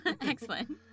Excellent